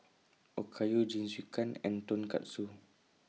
Okayu Jingisukan and Tonkatsu